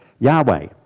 Yahweh